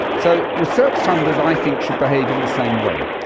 so, research funders, i think, should behave in the same way.